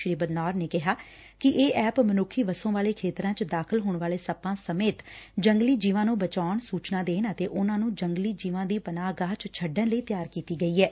ਸ੍ਰੀ ਬਦਨੌਰ ਨੇ ਕਿਹਾ ਕਿ ਇਹ ਐਪ ਮਨੁੱਖੀ ਵਸੋਂ ਵਾਲੇ ਖੇਤਰਾਂ ਚ ਦਾਖ਼ਲ ਹੋਣ ਵਾਲੇ ਸੱਪਾਂ ਸਮੇਤ ਜੰਗਲੀ ਜੀਵਾਂ ਨੂੰ ਬਚਾਉਣ ਸੁਚਨਾ ਦੇਣ ਅਤੇ ਉਨ੍ਹਾਂ ਨ੍ਰੰ ਜੰਗਲੀ ਜੀਵਾਂ ਦੀ ਪਨਾਹਗਾਰ ਚ ਛੱਡਣ ਲਈ ਤਿਆਰ ਕੀਤੀ ਗਈ ਐਂ